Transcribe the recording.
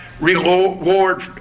reward